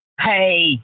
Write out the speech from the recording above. Hey